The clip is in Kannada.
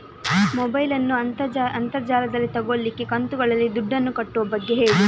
ಮೊಬೈಲ್ ನ್ನು ಅಂತರ್ ಜಾಲದಲ್ಲಿ ತೆಗೋಲಿಕ್ಕೆ ಕಂತುಗಳಲ್ಲಿ ದುಡ್ಡನ್ನು ಕಟ್ಟುವ ಬಗ್ಗೆ ಹೇಳಿ